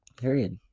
Period